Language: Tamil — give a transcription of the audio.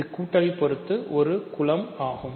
இது கூட்டலை பொறுத்து ஒரு குலம் ஆகும்